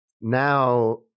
now